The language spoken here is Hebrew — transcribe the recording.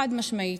חד-משמעית.